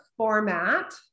format